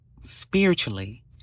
spiritually